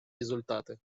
результаты